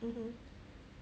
mmhmm